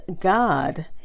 God